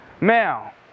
Now